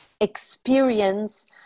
experience